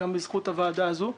גם בזכות הוועדה הזאת.